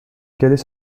quelle